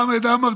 חמד עמאר,